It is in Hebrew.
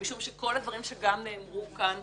משום שכל הדברים שגם נאמרו כאן,